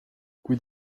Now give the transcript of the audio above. kuid